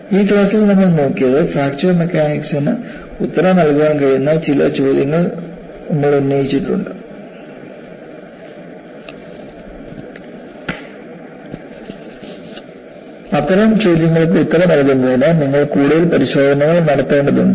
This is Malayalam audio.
ഈ ക്ലാസ്സിൽ നമ്മൾ നോക്കിയത് ഫ്രാക്ചർ മെക്കാനിക്സിന് ഉത്തരം നൽകാൻ കഴിയുന്ന ചില ചോദ്യങ്ങൾ നമ്മൾ ഉന്നയിച്ചിട്ടുണ്ട് അത്തരം ചോദ്യങ്ങൾക്ക് ഉത്തരം നൽകുന്നതിന് നിങ്ങൾ കൂടുതൽ പരിശോധനകൾ നടത്തേണ്ടതുണ്ട്